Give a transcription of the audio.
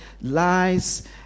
lies